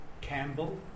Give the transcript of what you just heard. Campbell